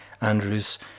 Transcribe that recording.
Andrew's